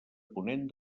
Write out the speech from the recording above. ponent